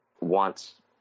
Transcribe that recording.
wants